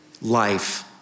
life